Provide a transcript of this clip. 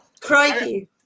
Crikey